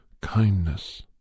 kindness